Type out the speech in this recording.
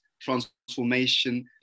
transformation